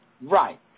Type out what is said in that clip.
Right